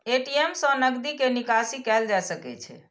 ATM सं नकदी के निकासी कैल जा सकै छै